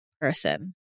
person